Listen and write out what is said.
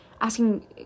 Asking